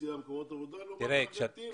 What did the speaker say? אוכלוסייה ומקומות עבודה לעומת מארגנטינה.